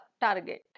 target